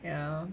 ya